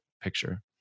picture